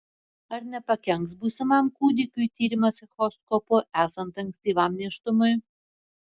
ar nepakenks būsimam kūdikiui tyrimas echoskopu esant ankstyvam nėštumui